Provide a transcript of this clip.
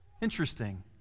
Interesting